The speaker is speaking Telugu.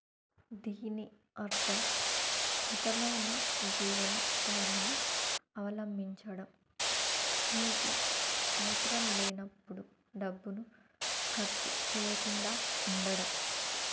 దీని అర్థం మితమైన జీవన శైలిని అవలంబించడం మీకు అవసరం లేనప్పుడు డబ్బును ఖర్చు చేయకుండా ఉండడం